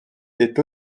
est